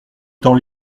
temps